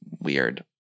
weird